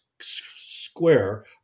square